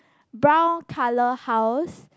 brown colour house